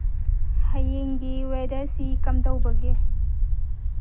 ꯍꯌꯦꯡꯒꯤ ꯋꯦꯗꯔꯁꯤ ꯀꯝꯗꯧꯕꯒꯦ